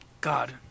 God